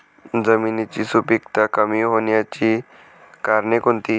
जमिनीची सुपिकता कमी होण्याची कारणे कोणती?